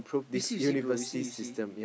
you see you see bro you see you see